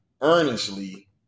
earnestly